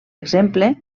exemple